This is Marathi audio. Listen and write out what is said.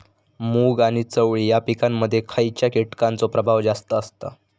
मूग आणि चवळी या पिकांमध्ये खैयच्या कीटकांचो प्रभाव जास्त असता?